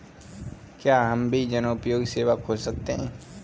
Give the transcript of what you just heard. क्या हम भी जनोपयोगी सेवा खोल सकते हैं?